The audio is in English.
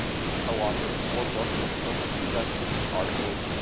he is co-author of four books, over two dozen articles,